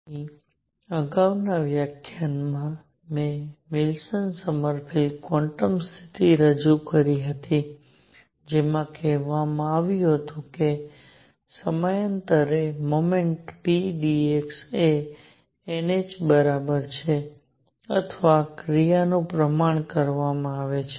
તેથી અગાઉના વ્યાખ્યાનમાં મેં વિલ્સન સોમરફેલ્ડ ક્વોન્ટમ સ્થિતિ રજૂ કરી હતી જેમાં કહેવામાં આવ્યું હતું કે સમયાંતરે મોમેન્ટમ p d x એ n h બરાબર છે અથવા ક્રિયાનું પ્રમાણ કરવામાં આવે છે